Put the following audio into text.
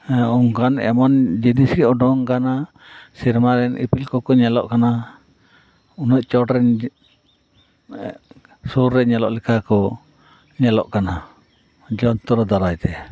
ᱦᱮᱸ ᱚᱱᱠᱟᱱ ᱮᱢᱚᱱ ᱡᱤᱱᱤᱥ ᱜᱮ ᱚᱰᱚᱝ ᱟᱠᱟᱱᱟ ᱥᱮᱨᱢᱟ ᱨᱮᱱ ᱤᱯᱤᱞ ᱠᱚᱠᱚ ᱧᱮᱞᱚᱜ ᱠᱟᱱᱟ ᱩᱱᱟᱹᱜ ᱪᱚᱴᱨᱮᱱ ᱥᱳᱨ ᱨᱮ ᱧᱮᱞᱚᱜ ᱞᱮᱠᱟ ᱠᱚ ᱧᱮᱞᱚᱜ ᱠᱟᱱᱟ ᱡᱚᱱᱛᱨᱚ ᱫᱟᱨᱟᱭ ᱛᱮ